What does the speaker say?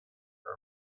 are